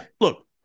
look